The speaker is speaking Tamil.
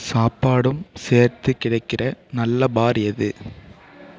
சாப்பாடும் சேர்த்துக் கிடைக்கிற நல்ல பார் எது